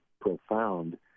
profound